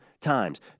times